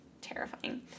terrifying